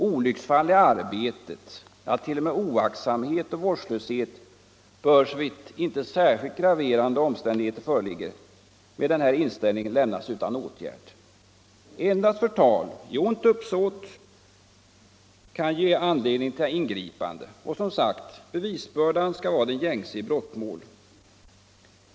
”Olycksfall i arbetet”, ja t.o.m. oaktsamhet och vårdslöshet, bör — såvitt inte särskilt graverande omständigheter föreligger — med denna inställning lämnas utan åtgärd. Endast förtal i ont uppsåt kan' ge anledning till ingripande. Och, som sagt, bevisbördan skall vara den gängse i brottmål.